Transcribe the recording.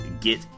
get